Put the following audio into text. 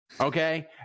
Okay